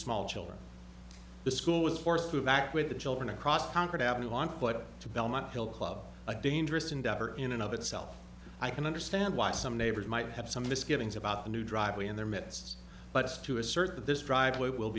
small children the school was forced to evacuate the children across concord ave on foot to belmont hill club a dangerous endeavor in and of itself i can understand why some neighbors might have some misgivings about the new driveway in their midst but to assert that this driveway will